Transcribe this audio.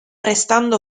restando